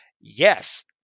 yes